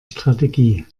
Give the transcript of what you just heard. strategie